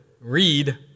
read